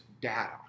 data